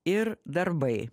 ir darbai